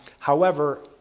however,